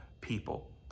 people